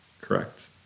Correct